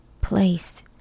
place